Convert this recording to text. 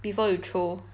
before you throw